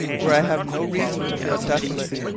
where i have no reason to feel desolate,